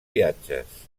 viatges